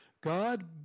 God